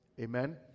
Amen